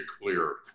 clear